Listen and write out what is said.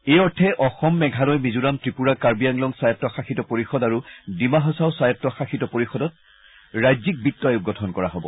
এই অৰ্থে অসম মেঘালয় মিজোৰাম ত্ৰিপুৰা কাৰ্বিআংলং স্বায়ত্ব শাসিত পৰিষদ আৰু ডিমা হাছাও স্বায়ত্ব শাসিত পৰিষদৰ ৰাজ্যিক বিত্ত আয়োগ গঠন কৰা হব